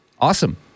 Awesome